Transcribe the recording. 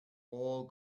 all